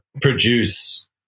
produce